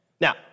Now